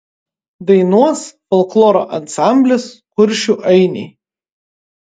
dainuos folkloro ansamblis kuršių ainiai